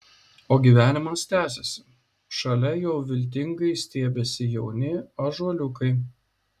o gyvenimas tęsiasi šalia jau viltingai stiebiasi jauni ąžuoliukai